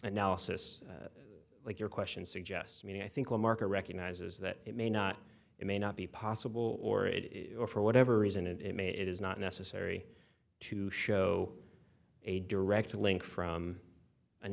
analysis like your question suggests to me i think the market recognizes that it may not it may not be possible or it is or for whatever reason it made it is not necessary to show a direct link from an